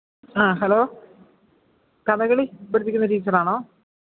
ആ ഹലോ കഥകളി പഠിപ്പിക്കുന്ന ടീച്ചറാണോ